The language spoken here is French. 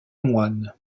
moines